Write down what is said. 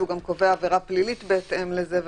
והוא גם קובע עבירה פלילית בהתאם לזה,